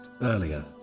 earlier